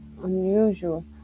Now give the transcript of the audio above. unusual